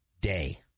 day